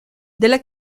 della